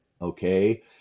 okay